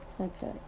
Okay